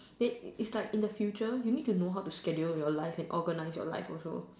then it's like in the future you need to know how to schedule your life and organise your life also